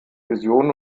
visionen